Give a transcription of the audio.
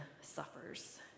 suffers